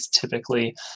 typically